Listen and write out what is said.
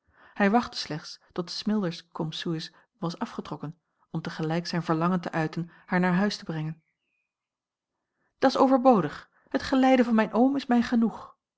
hij wachtte slechts tot smilders c s was afgetrokken om tegelijk zijn verlangen te uiten haar naar huis te brengen dat's overbodig het geleide van mijn oom is mij genoeg